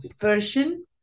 version